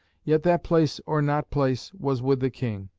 yet that place or not place was with the king.